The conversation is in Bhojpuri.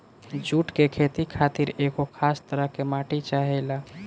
जुट के खेती खातिर एगो खास तरह के माटी चाहेला